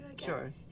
Sure